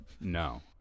No